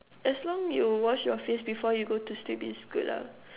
as long you wash your face before you go to sleep is good lah